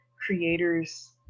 creators